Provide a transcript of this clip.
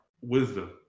Wisdom